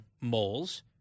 moles